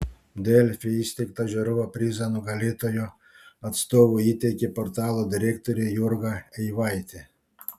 delfi įsteigtą žiūrovo prizą nugalėtojo atstovui įteikė portalo direktorė jurga eivaitė